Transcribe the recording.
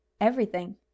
Everything